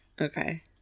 Okay